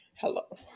hello